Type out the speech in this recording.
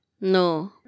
No